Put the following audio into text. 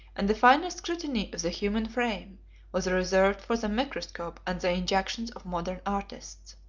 and the finer scrutiny of the human frame was reserved for the microscope and the injections of modern artists.